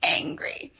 angry